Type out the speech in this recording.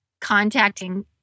contacting